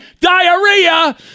diarrhea